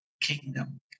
kingdom